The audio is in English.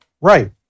Right